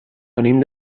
venim